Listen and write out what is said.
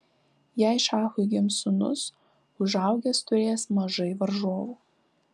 jei šachui gims sūnus užaugęs turės mažai varžovų